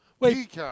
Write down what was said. Wait